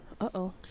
Uh-oh